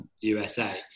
USA